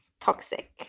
toxic